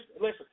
listen